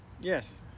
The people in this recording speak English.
Yes